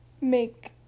Make